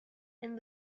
and